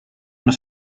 das